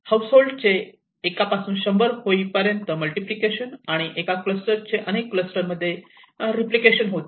house hold चे एका पासून शंभर पर्यंत मल्टिप्लिकेशन आणि एका क्लस्टर चे अनेक क्लस्टर मध्ये रिपब्लिकेशन होते